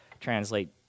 translate